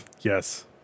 Yes